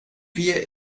wir